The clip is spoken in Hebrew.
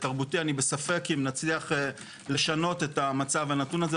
היא סוחבת את החול ממשטח הבטון,